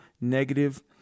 negative